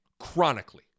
chronically